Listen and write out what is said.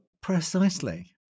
Precisely